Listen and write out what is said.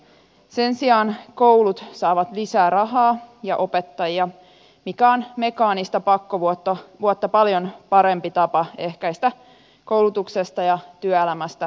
sen sijaan koulut saavat lisää rahaa ja opettajia mikä on mekaanista pakkovuotta paljon parempi tapa ehkäistä koulutuksesta ja työelämästä syrjäytymistä